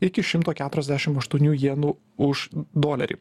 iki šimto keturiasdešim aštuonių jenų už dolerį